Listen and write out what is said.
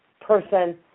person